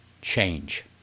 change